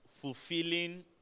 fulfilling